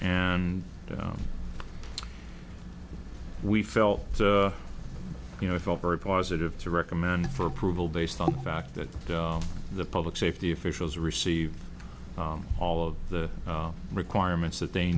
and we felt you know i felt very positive to recommend for approval based on fact that the public safety officials receive all of the requirements that they